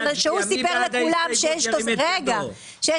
מי